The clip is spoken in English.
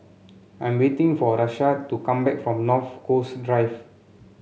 I'm waiting for Rashad to come back from North Coast Drive